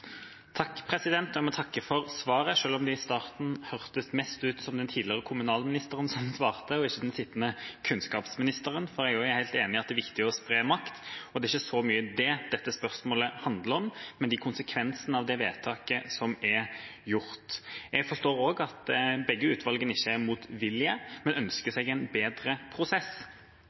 takke for svaret, selv om det i starten hørtes mest ut som det var den tidligere kommunalministeren som svarte, og ikke den sittende kunnskapsministeren. Jeg er helt enig i at det er viktig å spre makt, og det er ikke så mye det dette spørsmålet handler om, men konsekvensene av det vedtaket som er gjort. Jeg forstår også at begge utvalgene ikke er motvillige, men de ønsker seg en bedre prosess.